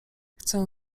chcę